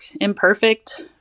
imperfect